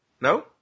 No